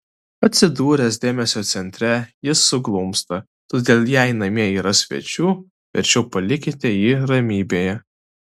atsidūręs dėmesio centre jis suglumsta todėl jei namie yra svečių verčiau palikite jį ramybėje